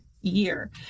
year